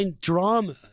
drama